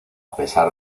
pesar